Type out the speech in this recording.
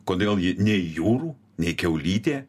kodėl ji nei jūrų nei kiaulytė